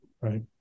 right